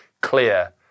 clear